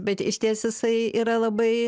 bet išties jisai yra labai